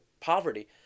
poverty